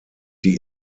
die